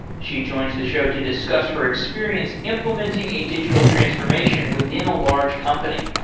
she joins the show to discuss her experience implementing a digital transformation within a large company.